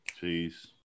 Peace